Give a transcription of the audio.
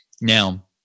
Now